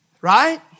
Right